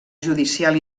judicial